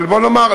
אבל בוא נאמר,